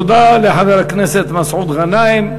תודה לחבר הכנסת מסעוד גנאים.